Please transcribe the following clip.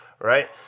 Right